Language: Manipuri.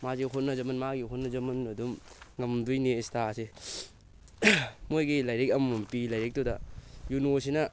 ꯃꯥꯁꯦ ꯍꯣꯠꯅꯖꯃꯟ ꯃꯥꯒꯤ ꯍꯣꯠꯅꯖꯃꯟ ꯑꯗꯨꯝ ꯉꯝꯗꯣꯏꯅꯦ ꯑꯦꯁꯇꯥꯁꯦ ꯃꯣꯏꯒꯤ ꯂꯥꯏꯔꯤꯛ ꯑꯃꯃꯝ ꯄꯤ ꯂꯥꯏꯔꯤꯛꯇꯨꯗ ꯌꯨꯅꯣꯁꯤꯅ